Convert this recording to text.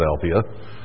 Philadelphia